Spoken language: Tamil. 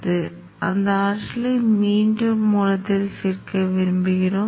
நாம் பயன்படுத்தும் மின்மாற்றிக்கான புதிய தனிப்பயன் மாதிரிகளைச் சேர்க்க நான் அதை புதுப்பித்துள்ளேன்